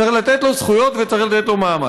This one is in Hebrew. צריך לתת לו זכויות וצריך לתת לו מעמד.